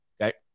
okay